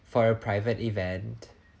for a private event